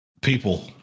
people